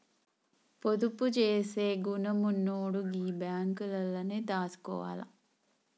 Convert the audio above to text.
పొదుపు జేసే గుణమున్నోడు గీ బాంకులల్లనే దాసుకోవాల